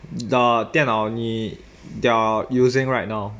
the 电脑你 you're using right now